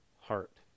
heart